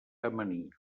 amanir